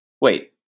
Wait